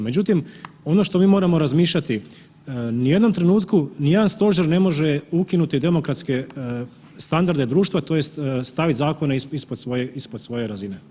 Međutim ono što mi moramo razmišljati ni u jednom trenutku nijedan stožer ne može ukinuti demokratske standarde društva tj. staviti zakone ispod svoje razine.